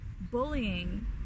bullying